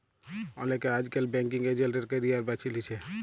অলেকে আইজকাল banking agent এর ক্যারিয়ার বাছে লিছে